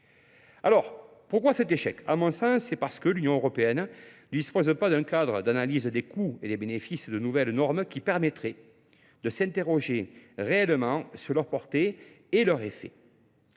Alors, pourquoi cet échec ? À mon sens, c'est parce que l'Union européenne ne dispose pas d'un cadre d'analyse des coûts et des bénéfices de nouvelles normes qui permettrait de s'interroger réellement sur leurs portées et leurs effets.